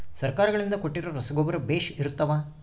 ಸರ್ಕಾರಗಳಿಂದ ಕೊಟ್ಟಿರೊ ರಸಗೊಬ್ಬರ ಬೇಷ್ ಇರುತ್ತವಾ?